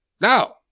No